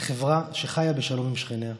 לחברה שחיה בשלום עם שכניה.